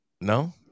No